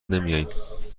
نمیایم